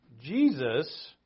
Jesus